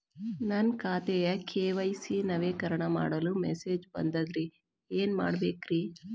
ನನ್ನ ಖಾತೆಯ ಕೆ.ವೈ.ಸಿ ನವೇಕರಣ ಮಾಡಲು ಮೆಸೇಜ್ ಬಂದದ್ರಿ ಏನ್ ಮಾಡ್ಬೇಕ್ರಿ?